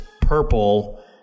purple